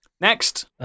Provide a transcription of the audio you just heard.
Next